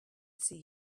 see